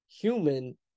human